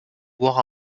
voire